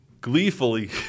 gleefully